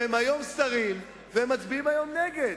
שהם היום שרים והם מצביעים היום נגד.